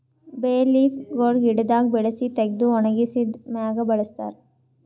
ಬೇ ಲೀಫ್ ಗೊಳ್ ಗಿಡದಾಗ್ ಬೆಳಸಿ ತೆಗೆದು ಒಣಗಿಸಿದ್ ಮ್ಯಾಗ್ ಬಳಸ್ತಾರ್